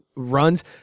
Runs